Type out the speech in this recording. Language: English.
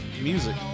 music